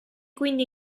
quindi